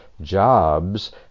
jobs